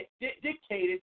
dictated